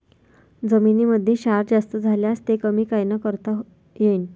जमीनीमंदी क्षार जास्त झाल्यास ते कमी कायनं करता येईन?